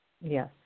Yes